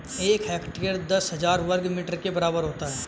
एक हेक्टेयर दस हजार वर्ग मीटर के बराबर होता है